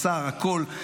בשר, הכול.